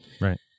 Right